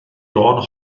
lôn